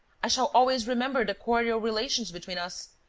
i shall always remember the cordial relations between us.